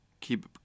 Keep